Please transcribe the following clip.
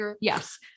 yes